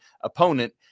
opponent